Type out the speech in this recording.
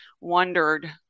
wondered